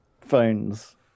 phones